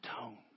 tone